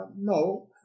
no